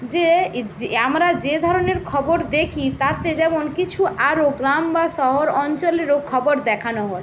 যে আমরা যে ধরনের খবর দেখি তাতে যেমন কিছু আরও গ্রাম বা শহর অঞ্চলেরও খবর দেখানো হয়